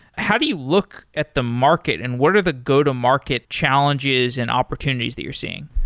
how do you look at the market and what are the go-to-market challenges and opportunities that you're seeing?